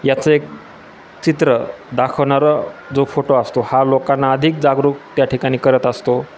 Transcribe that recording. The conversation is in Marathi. याचं एक चित्र दाखवणारा जो फोटो असतो हा लोकांना अधिक जागरूक त्या ठिकाणी करत असतो